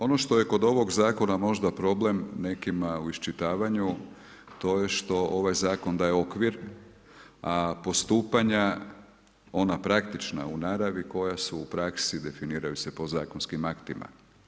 Ono što je kod ovog zakona možda problem nekima u iščitavanju to je što ovaj zakon daje okvir, a postupanja ona praktična u naravi koja su u praksi definiraju se podzakonskim aktima.